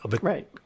Right